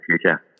future